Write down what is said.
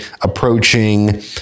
approaching